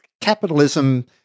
Capitalism